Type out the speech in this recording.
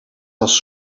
was